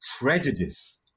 prejudice